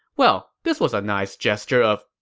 well, this was a nice gesture of,